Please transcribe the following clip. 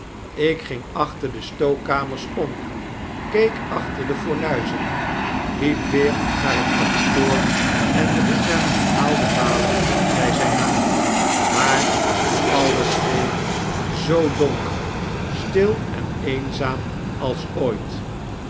ik ging achter de stookkamers om keek achter de fornuizen liep weer naar het kantoor en riep hem herhaalde malen by zyn naam maar alles bleef zoo donker stil en eenzaam als ooit